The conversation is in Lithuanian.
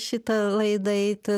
šitą laidą eit